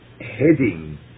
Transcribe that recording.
heading